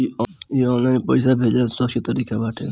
इ ऑनलाइन पईसा भेजला से सुरक्षित तरीका बाटे